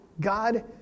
God